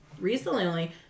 recently